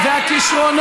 רעיון